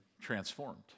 transformed